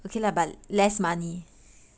okay lah but less money